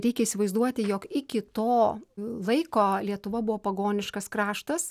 reikia įsivaizduoti jog iki to laiko lietuva buvo pagoniškas kraštas